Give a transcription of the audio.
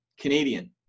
Canadian